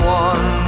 one